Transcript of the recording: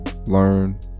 learn